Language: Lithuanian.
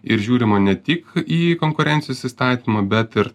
ir žiūrima ne tik į konkurencijos įstatymą bet ir